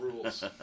rules